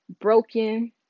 broken